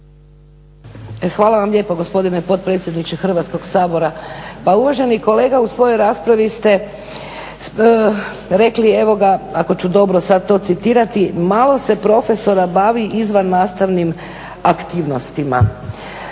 Hvala vam lijepa gospodine potpredsjedniče Hrvatskoga sabora. Pa uvaženi kolega u svojoj raspravi ste rekli, evo ga, ako ću dobro sada to citirati, malo se profesora bavi izvannastavnim aktivnostima.